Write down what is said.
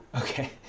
okay